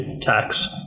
tax